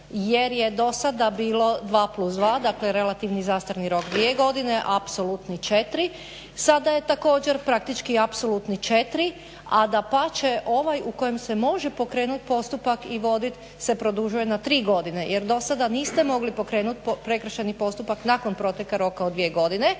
jer je do sada bilo dva plus dva. Dakle, relativni zastarni rok dvije godine, a apsolutni četiri. Sada je također praktički apsolutni četiri, a dapače ovaj u kojem se može pokrenut postupak i vodit se produžuje na tri godine jer do sada niste mogli pokrenut prekršajni postupak nakon proteka roka od dvije godine,